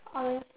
orange